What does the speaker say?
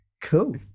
Cool